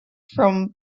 from